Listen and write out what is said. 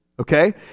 Okay